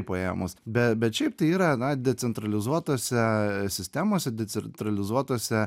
paėmus be bet šiaip tai yra decentralizuotose sistemose decentralizuotose